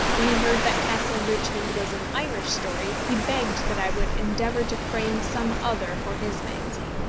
when he heard that castle richmond was an irish story, he begged that i would endeavour to frame some other for his magazine.